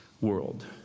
world